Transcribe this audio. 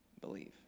believe